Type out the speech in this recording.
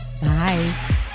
Bye